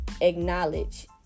acknowledge